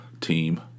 team